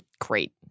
great